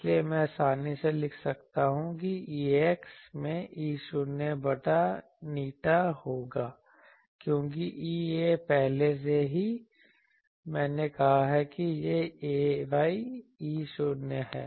इसलिए मैं आसानी से लिख सकता हूं कि ax में E0 बटा η होगी क्योंकि Ea पहले से ही मैंने कहा है कि यह ay E0 है